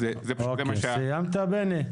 סיימת בני?